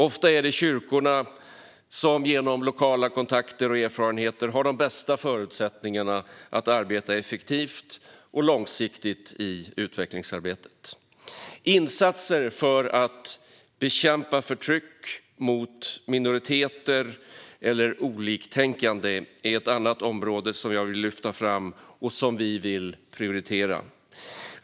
Ofta är det kyrkorna som genom lokala kontakter och erfarenheter har de bästa förutsättningarna att arbeta effektivt och långsiktigt i utvecklingsarbetet. Insatser för att bekämpa förtryck mot minoriteter eller oliktänkande är ett annat område som jag vill lyfta fram och som vi vill prioritera.